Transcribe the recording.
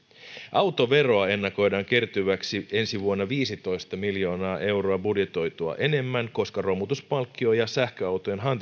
autoveroa ennakoidaan kertyväksi ensi vuonna viisitoista miljoonaa euroa budjetoitua enemmän koska romutuspalkkio ja sähköautojen